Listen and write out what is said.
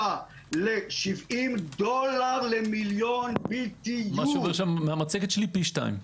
ל- 70 דולר למיליון BTU. מהמצגת שלי פי שניים.